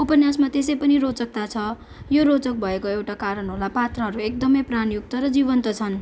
उपन्यासमा त्यसै पनि रोचकता छ यो रोचक भएको एउटा कारण होला पात्रहरू एकदमै प्राणयुक्त र जीवन्त छन्